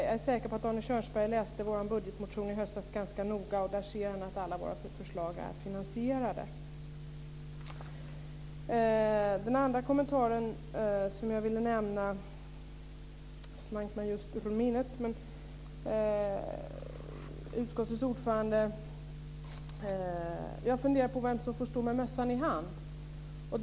Jag är säker på att Arne Kjörnsberg läste vår budgetmotion i höstas ganska noga. Där kan han se att alla våra förslag är finansierade. Min andra kommentar gäller vem som får stå med mössan i handen.